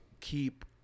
keep